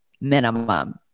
minimum